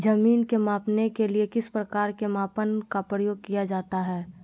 जमीन के मापने के लिए किस प्रकार के मापन का प्रयोग किया जाता है?